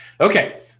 Okay